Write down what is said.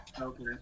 Okay